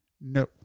No